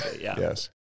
yes